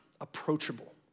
approachable